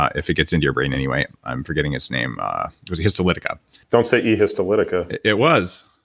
ah if it gets into your brain anyway. i'm forgetting its name. ah it was a histolytica don't say e histolytica it it was